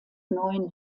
neun